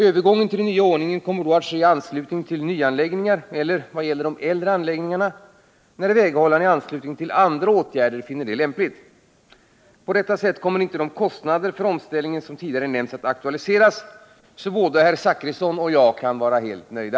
Övergången till den nya ordningen kommer då att ske i anslutning till nyanläggningar eller — vad gäller de äldre anläggningarna — när väghållaren i anslutning till andra åtgärder finner det lämpligt. På detta sätt kommer inte de kostnader för omställningen som tidigare nämnts att aktualiseras, så både herr Zachrisson och jag kan vara helt nöjda.